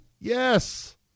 Yes